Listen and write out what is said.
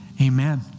Amen